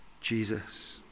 Jesus